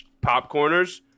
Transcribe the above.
popcorners